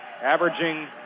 averaging